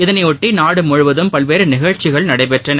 இதனையொட்டி நாடு முழுவதும் பல்வேறு நிகழ்ச்சிகள் நடைபெற்றன